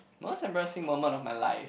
most embarrassing moment of my life